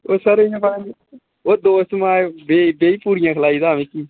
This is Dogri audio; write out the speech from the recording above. ओह् सर ओह् दोस्त माय देहीं देहीं पुड़ियां खलाई गेदा हा मिगी